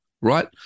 right